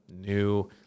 new